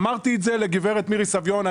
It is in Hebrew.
אמרתי את זה לגב' מירי סביון,